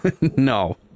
no